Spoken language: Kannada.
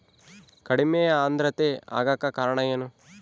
ಕಡಿಮೆ ಆಂದ್ರತೆ ಆಗಕ ಕಾರಣ ಏನು?